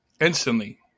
instantly